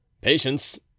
Patience